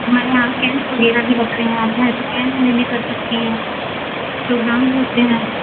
हमारे यहाँ कैंप वगैरह भी लगते हैं आप चाहें तो कैंप भी कर सकती हैं प्रोग्राम भी होते हैं